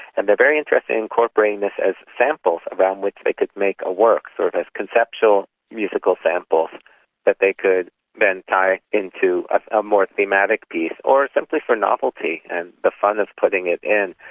and they are very interested in incorporating incorporating this as samples around which they could make a work, sort of as conceptual musical samples that they could then tie into a more thematic piece, or simply for novelty and the fun of putting it in.